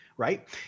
Right